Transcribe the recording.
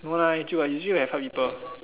no lah you still have you still got help people